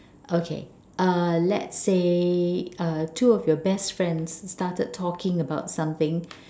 okay uh let's say uh two of your best friends started talking about something